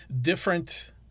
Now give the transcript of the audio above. different